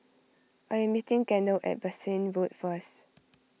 I am meeting Gaynell at Bassein Road first